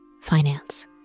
finance